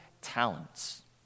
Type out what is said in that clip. talents